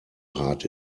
hart